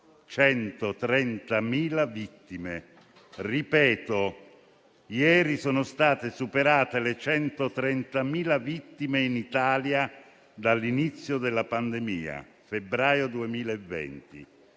130.000 vittime. Lo ripeto: ieri sono state superate le 130.000 vittime in Italia dall'inizio della pandemia, ossia febbraio 2020.